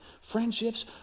friendships